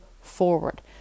forward